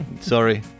sorry